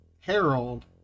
Harold